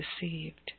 deceived